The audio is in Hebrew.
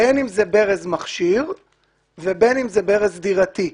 בין אם זה ברז מכשיר ובין אם זה ברז דירתי.